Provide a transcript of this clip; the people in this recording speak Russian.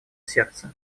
сердце